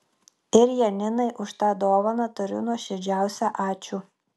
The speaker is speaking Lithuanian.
ir janinai už tą dovaną tariu nuoširdžiausią ačiū